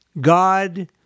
God